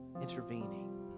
intervening